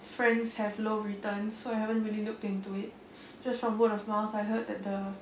friends have low returns so I haven't really looked into it just from word of mouth I heard that the